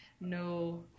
No